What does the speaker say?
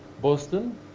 Boston